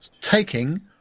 Taking